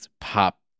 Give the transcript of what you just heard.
pop